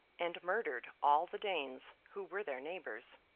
and murdered all the danes who were their neighbours.